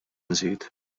nżid